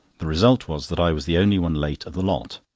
the result was that i was the only one late of the lot.